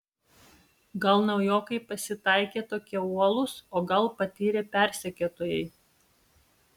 gal naujokai pasitaikė tokie uolūs o gal patyrę persekiotojai